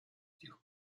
тех